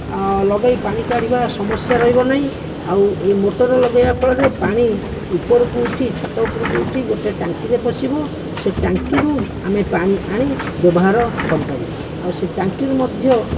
ଲଗେଇ ପାଣି କାଢ଼ିବା ସମସ୍ୟା ରହିବ ନାହିଁ ଆଉ ଏହି ମୋଟର ଲଗାଇବା ଫଳରେ ପାଣି ଉପରକୁ ଉଠି ଛାତ ଉପରକୁ ଉଠି ଗୋଟେ ଟାଙ୍କିରେ ପଶିବ ସେ ଟାଙ୍କିରୁ ଆମେ ପାଣି ଆଣି ବ୍ୟବହାର କରିପାରିବା ଆଉ ସେ ଟାଙ୍କିରୁ ମଧ୍ୟ